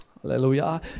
Hallelujah